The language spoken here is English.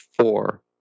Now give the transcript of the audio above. four